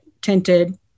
tinted